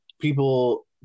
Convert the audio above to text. people